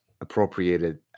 appropriated